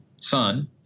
son